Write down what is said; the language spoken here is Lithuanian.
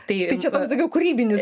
tai čia toks daugiau kūrybinis